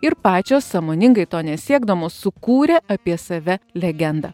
ir pačios sąmoningai to nesiekdamos sukūrė apie save legendą